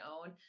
own